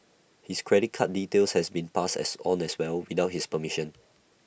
his credit card details had been passed on as well without his permission